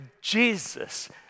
Jesus